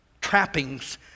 trappings